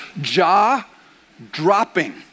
jaw-dropping